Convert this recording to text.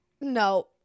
No